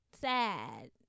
sad